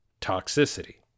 toxicity